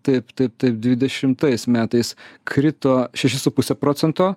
taip taip taip dvidešimtais metais krito šešis su puse procento